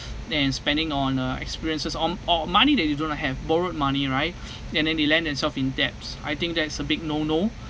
then spending on uh experiences on or money that they do not have borrowed money right and then they land themselves in debts I think that's a big no no